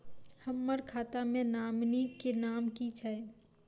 हम्मर खाता मे नॉमनी केँ नाम की छैय